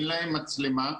מצלמה,